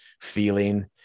feeling